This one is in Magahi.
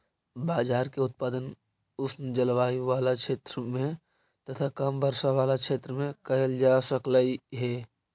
बाजरा के उत्पादन उष्ण जलवायु बला क्षेत्र में तथा कम वर्षा बला क्षेत्र में कयल जा सकलई हे